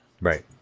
Right